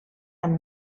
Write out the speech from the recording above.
amb